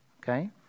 okay